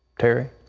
terry.